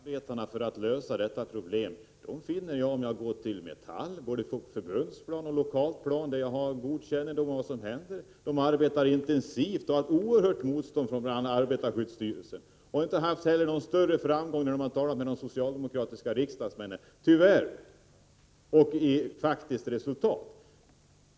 Herr talman! De mest välvilliga arbetarna för att lösa detta problem finner jag om jag går till Metall, både på riksplan och på lokalplan. Jag har god kännedom om vad som händer där. Man arbetar intensivt men har fått oerhört motstånd från bl.a. arbetarskyddsstyrelsen. Man har inte heller haft någon större framgång när man talat med socialdemokratiska riksdagsledamöter, tyvärr. Det har inte lett till något faktiskt resultat.